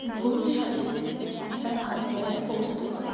ভবিষ্যতে একটা ভালো জায়গায় পৌঁছাতে পারে